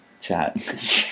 chat